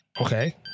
Okay